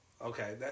Okay